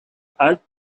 halte